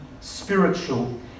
spiritual